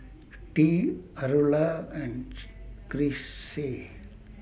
Tea Aurilla and Chrissy